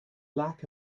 lack